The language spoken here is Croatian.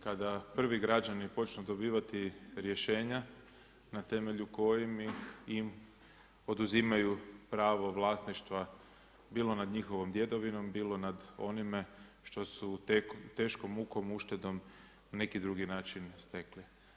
Kada prvi građani počnu dobivati rješenja na temelju kojih im oduzimaju pravo vlasništva bilo nad njihovom djedovinom bilo nad onime što teškom mukom, uštedom, na neki drugi način, stekli.